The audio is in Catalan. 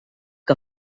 què